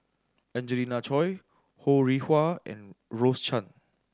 Angelina Choy Ho Rih Hwa and Rose Chan